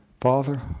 Father